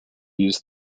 use